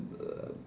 uh